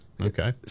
Okay